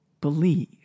believe